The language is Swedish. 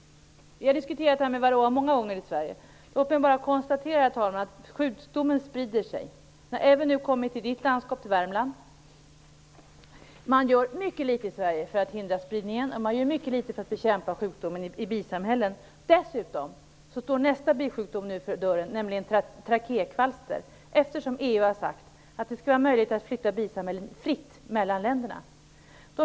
Vi har diskuterat varroakvalstret många gånger i Sverige. Låt mig bara konstatera att sjukdomen sprider sig, herr talman. Den har nu kommit även till Ann-Kristine Johanssons landskap, Värmland. Man gör mycket litet i Sverige för att hindra spridningen och mycket litet för att bekämpa sjukdomen i bisamhällena. Dessutom står nu nästa bisjukdom för dörren, nämligen trakékvalstret. EU har nämligen sagt att det skall vara möjligt att fritt flytta bisamhällen mellan länderna.